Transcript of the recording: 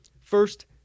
first